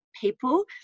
people